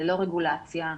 ללא רגולציה,